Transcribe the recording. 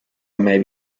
may